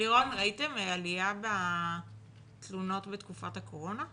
ראיתם עליה בתלונות בתקופת הקורונה?